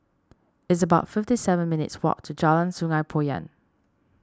it's about fifty seven minutes' walk to Jalan Sungei Poyan